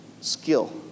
skill